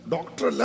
Doctor